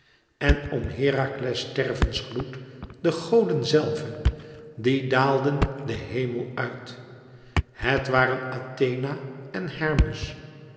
en om herakles stervensgloed de goden zelve die daalden den hemel uit het waren athena en hermes